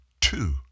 two